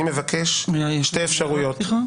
אני מבקש שתי --- אפשר הערת פתיחה?